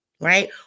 right